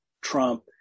Trump